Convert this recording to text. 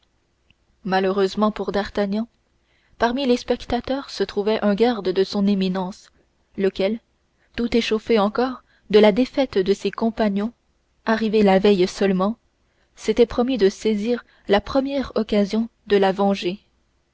malheureusement pour d'artagnan parmi les spectateurs se trouvait un garde de son éminence lequel tout échauffé encore de la défaite de ses compagnons arrivée la veille seulement s'était promis de saisir la première occasion de la venger